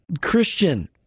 Christian